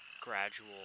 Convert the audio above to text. gradual